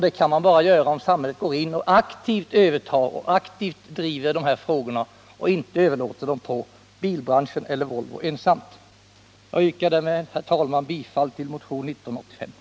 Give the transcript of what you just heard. Det kan bara ske om samhället övertar och aktivt driver dessa frågor. De får inte överlåtas till bilbranschen eller Volvo. Herr talman! Jag yrkar bifall till motionen 1985.